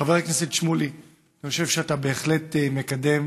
חבר הכנסת שמולי, אני חושב שאתה בהחלט מקדם,